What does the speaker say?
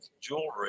jewelry